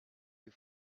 you